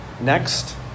Next